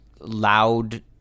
loud